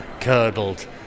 curdled